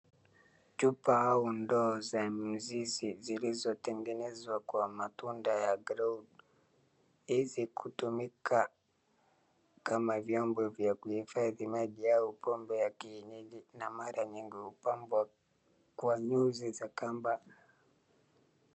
Chupa au ndoo za mizizi zilizotengenezwa kwa matunda ya ground .Hizi hutumika kama vyombo vya kuifadhi maji au pombe za kienyeji na mara nyingi hupambwa kwa nyuzi za kamba...